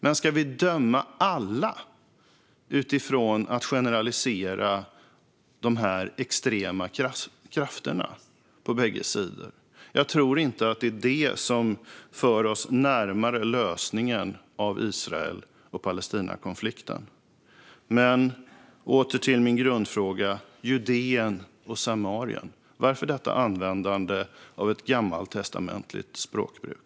Men ska vi döma alla utifrån en generalisering av de extrema krafterna på bägge sidor? Jag tror inte att det för oss närmare lösningen på konflikten mellan Israel och Palestina. Åter till min inledande fråga. Judeen och Samarien, varför detta användande av ett gammaltestamentligt språkbruk?